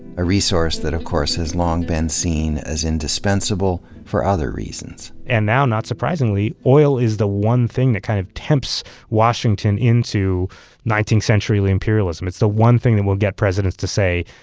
a resource that of course has long been seen as indispensable for other reasons. and now, not surprisingly, oil is the one thing that kind of tempts washington into nineteenth century imperialism. it's the one thing that will get presidents to say,